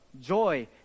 joy